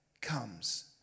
comes